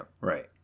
right